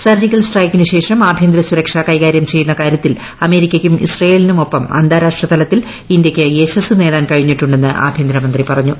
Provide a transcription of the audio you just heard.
surgical സ്ട്രൈക്കിന് ശേഷം ആഭ്യന്തര സുരക്ഷ കൈകാര്യം ചെയ്യുന്ന കാര്യത്തിൽ അമേരിക്കയ്ക്കും ഇസ്രായേലിനും ഒപ്പം അന്താരാഷ്ട്രതലത്തിൽ ഇന്ത്യയ്ക്ക് യശസ്സ് നേടാൻ കഴിഞ്ഞിട്ടുണ്ടെന്ന് ആഭ്യന്തരമന്ത്രി പറഞ്ഞു